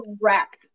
correct